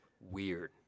Weird